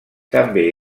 també